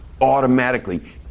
automatically